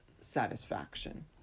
satisfaction